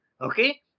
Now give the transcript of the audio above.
okay